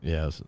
Yes